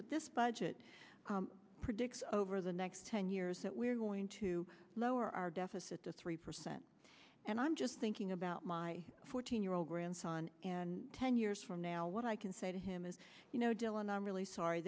but this budget predicts over the next ten years that we're going to lower our deficit to three percent and i'm just thinking about my fourteen year old grandson and ten years from now what i can say to him is you know dylan i'm really sorry